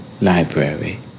library